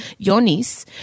yonis